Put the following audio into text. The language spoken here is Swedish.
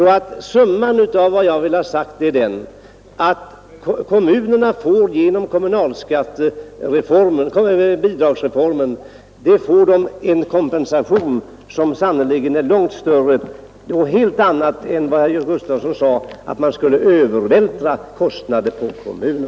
Kommunerna får genom dessa bidrag och genom skatteutjämningsbidragen en kompensation som sannerligen är långt större än vad herr Gustavsson ville göra gällande.